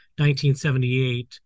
1978